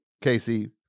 Casey